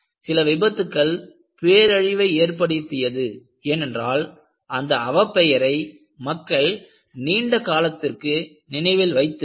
சில விபத்துக்கள் பேரழிவை ஏற்படுத்தியது ஏனென்றால் அந்த அவப்பெயரை மக்கள் நீண்ட காலத்திற்கு நினைவில் வைத்து இருந்தனர்